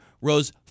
rose